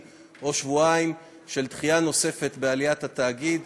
או שבועיים של דחייה נוספת בעליית התאגיד.